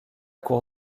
cour